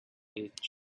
edge